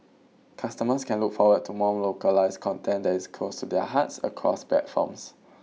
customers can look forward to more localised content that is close to their hearts across platforms